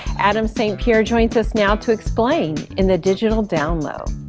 adam st. pierre joins us now to explain in the digital down low.